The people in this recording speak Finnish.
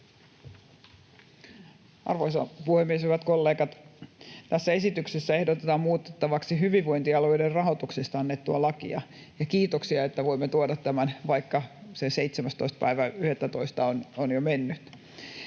Arvoisa puhemies! Hyvät kollegat! Tässä esityksessä ehdotetaan muutettavaksi hyvinvointialueiden rahoituksesta annettua lakia, ja kiitoksia, että voimme tuoda tämän, vaikka se 17.11. on jo mennyt.